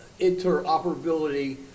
interoperability